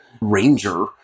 ranger